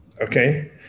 okay